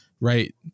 right